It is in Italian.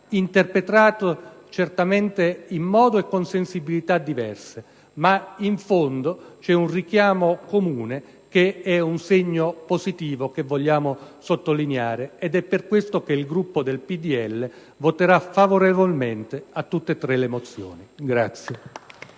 interpretato naturalmente in modi e con sensibilità diverse. In fondo, però, c'è un richiamo comune che è un segno positivo che vogliamo sottolineare. È per questo motivo che il Gruppo del PdL voterà favorevolmente a tutte e tre le mozioni.